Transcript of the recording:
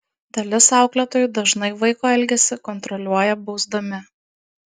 dalis auklėtojų dažnai vaiko elgesį kontroliuoja bausdami